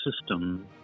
system